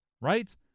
Right